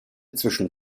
zwischen